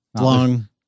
Long